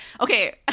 Okay